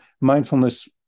mindfulness